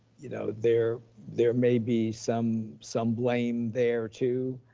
you know, there there may be some some blame there too,